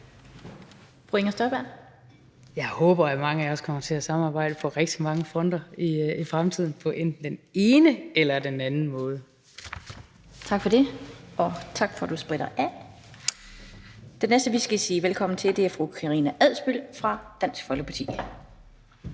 17:14 Inger Støjberg (V): Jeg håber, at mange af os kommer til at samarbejde på rigtig mange fronter i fremtiden på den ene eller den anden måde. Kl. 17:14 Den fg. formand (Annette Lind): Tak for det. Og tak for, at du spritter af. Den næste, vi skal sige velkommen til, er fru Karina Adsbøl fra Dansk Folkeparti.